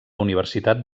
universitat